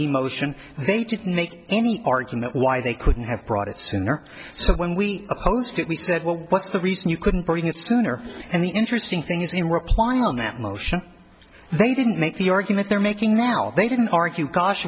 emotion they didn't make any argument why they couldn't have brought it sooner so when we opposed it we said well what's the reason you couldn't bring it sooner and the interesting thing is in replying on that motion they didn't make the argument they're making now they didn't argue gosh